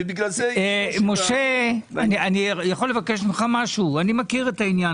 לכן- - משה, אני מכיר את העניין.